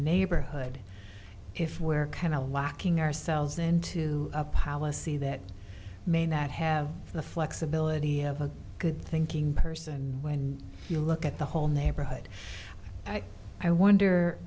neighborhood if where can a lacking ourselves into a policy that may not have the flexibility of a good thinking person when you look at the whole neighborhood i i wonder